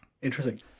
Interesting